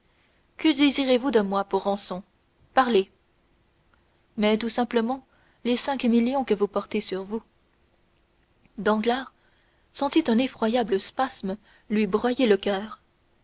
que désirez-vous de moi pour rançon parlez mais tout simplement les cinq millions que vous portez sur vous danglars sentit un effroyable spasme lui broyer le coeur